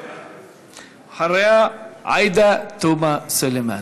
אחריה, עאידה תומא סלימאן,